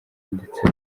ndetse